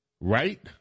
Right